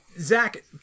Zach